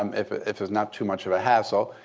um if ah if it's not too much of a hassle.